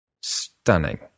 Stunning